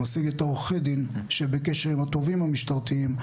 משיג את העורכי דין שבקשר עם התובעים המשטרתיים,